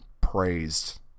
praised